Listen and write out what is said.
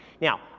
Now